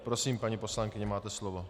Prosím, paní poslankyně, máte slovo.